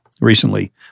recently